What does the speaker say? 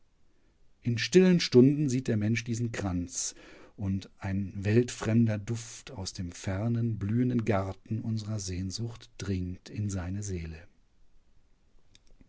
in stillen stunden sieht der mensch diesen kranz und ein weltfremder duft aus dem fernen blühenden garten unsrer sehnsucht dringt in seine seele